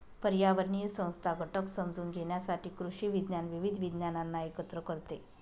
पर्यावरणीय संस्था घटक समजून घेण्यासाठी कृषी विज्ञान विविध विज्ञानांना एकत्र करते